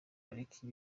pariki